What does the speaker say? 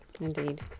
Indeed